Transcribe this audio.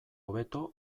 hobeto